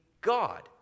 God